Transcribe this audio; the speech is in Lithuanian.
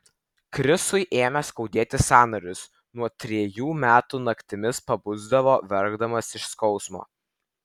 krisui ėmė skaudėti sąnarius nuo trejų metų naktimis pabusdavo verkdamas iš skausmo